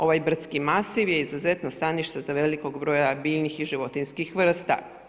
Ovaj brdski masiv je izuzetno stanište za velikog broja biljnih i životinjskih vrsta.